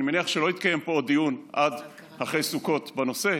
אני מניח שלא יתקיים פה דיון עד אחרי סוכות בנושא,